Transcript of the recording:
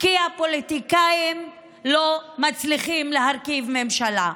כי הפוליטיקאים לא מצליחים להרכיב ממשלה.